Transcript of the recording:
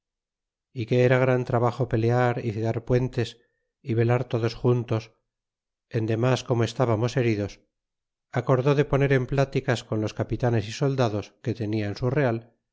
y que era gran trabajo pelear y cegar puentes y velar todos juntos en demas como estábamos heridos acordó de poner en pláticas con los capitanes y oldados que tenia en su real